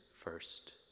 first